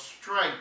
strength